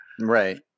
right